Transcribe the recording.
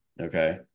Okay